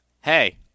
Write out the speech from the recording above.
Hey